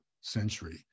century